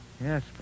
Yes